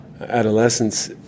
adolescence